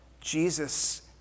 Jesus